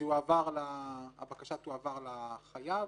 שהבקשה תועבר לחייב.